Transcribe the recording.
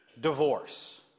divorce